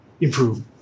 improve